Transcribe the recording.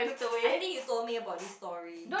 I think you told me about this story